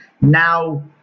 Now